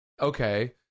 Okay